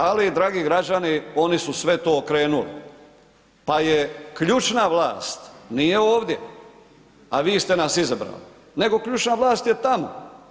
Ali dragi građani oni su sve to okrenuli, pa je ključna vlast, nije ovdje, a vi ste nas izabrali, nego ključna vlast je tamo.